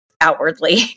outwardly